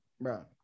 bro